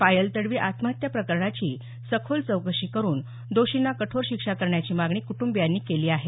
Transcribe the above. पायल तडवी आत्महत्याप्रकरणाची सखोल चौकशी करुन दोषींना कठोर शिक्षा करण्याची मागणी कुटुंबियांनी केली आहे